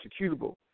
executable